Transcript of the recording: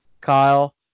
Kyle